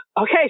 Okay